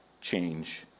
change